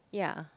ya